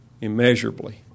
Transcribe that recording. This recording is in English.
immeasurably